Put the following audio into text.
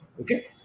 Okay